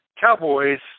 Cowboys